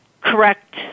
correct